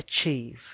achieve